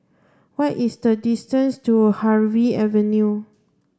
what is the distance to Harvey Avenue